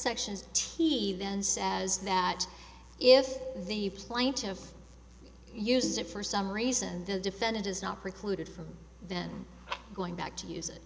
subsections t then says that if the plaintiff uses it for some reason the defendant is not precluded from then going back to use it